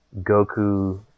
Goku